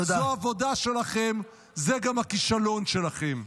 זו העבודה שלכם, זה גם הכישלון שלכם.